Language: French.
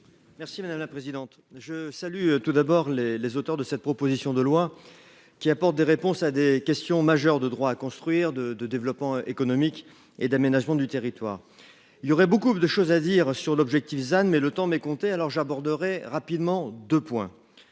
Merci madame la présidente. Je salue tout d'abord les les auteurs de cette proposition de loi qui apporte des réponses à des questions majeures de droit à construire de de développement économique et d'aménagement du territoire. Il y aurait beaucoup de choses à dire sur l'objectif than mais le temps m'est compté. Alors j'aborderai rapidement de points.